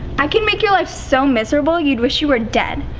i can make your life so miserable, you'd wish you were dead.